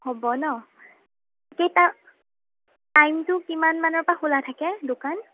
হ'ব ন' কেইটা টাইমটো কিমান মানৰ পৰা খোলা থাকে দোকান